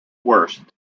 worst